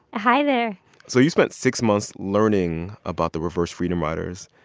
hi, there so you spent six months learning about the reverse freedom riders.